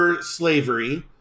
slavery